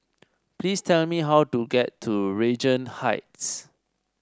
please tell me how to get to Regent Heights